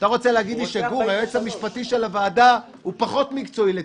דברי ההסבר של החוק מאוד מטעים,